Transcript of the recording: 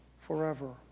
forever